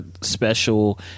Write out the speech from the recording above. special